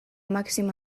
màxima